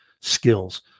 skills